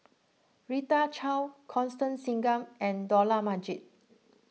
Rita Chao Constance Singam and Dollah Majid